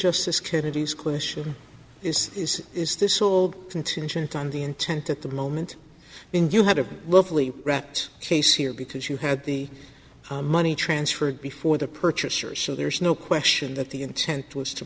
justice kennedy's question is is is this old contingent on the intent at the moment when you had a lovely wrecked case here because you had the money transferred before the purchaser so there's no question that the intent was to